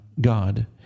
God